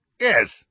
Yes